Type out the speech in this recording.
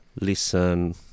listen